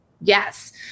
Yes